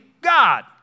God